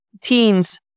teens